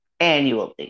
annually